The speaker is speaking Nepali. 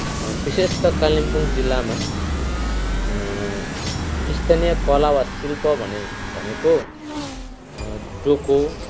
विशेष त कालिम्पोङ जिल्लामा स्थानीय कला वा शिल्प भने भनेको डोको